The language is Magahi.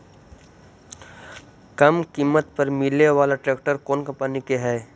कम किमत पर मिले बाला ट्रैक्टर कौन कंपनी के है?